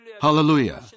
Hallelujah